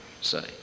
say